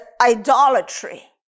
idolatry